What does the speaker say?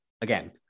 Again